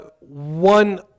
one